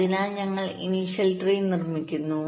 അതിനാൽ ഞങ്ങൾ initial tree നിർമ്മിക്കുന്നു